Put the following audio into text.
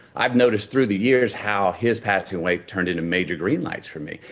i've noticed through the years how his passing away turned into major green lights for me,